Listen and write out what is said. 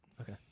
Okay